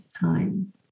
time